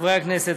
חברי הכנסת,